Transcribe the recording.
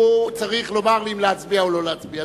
והוא צריך לומר לי אם להצביע או לא להצביע.